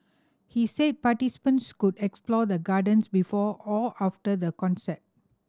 he said participants could explore the Gardens before or after the concert